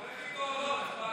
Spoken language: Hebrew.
אז אתה הולך איתו או לא, נפתלי?